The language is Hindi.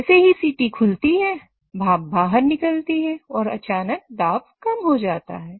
जैसे ही सीटी खुलती है भाप बाहर निकलती है और अचानक दाब कम हो जाता है